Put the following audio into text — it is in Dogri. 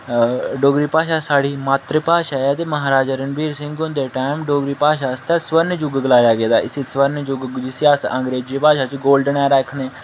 अ डोगरी भाशा साढ़ी मात्तर भाशा ऐ ते महाराजा रणवीर हुंदे टैम डोगरी भाशा आस्तै स्वर्ण जुग गलाया गेदा स्वर्ण जुग जिसी अस अंग्रेजी भाशा च गोल्डन एरा आखने